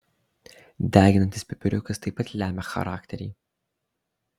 deginantis pipiriukas taip pat lemia charakterį